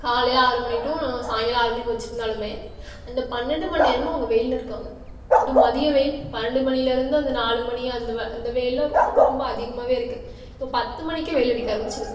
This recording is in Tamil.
காலையில் ஆறு மணி டூ சாய்ங்காலம் ஆறுமணினு வச்சிருந்தாலுமே அந்த பன்னெண்டு மணிநேரமும் அவங்க வெயில்லருக்காங்க அதுவும் மதிய வெயில் பன்னெண்டு மணிலேருந்து அந்த நாலுமணி அந்த அந்த வெயில்லால் ரொம்ப ரொம்ப அதிகமாவேருக்கு இப்போ பத்துமணிக்கே வெயிலடிக்க ஆரம்பிச்சிடுது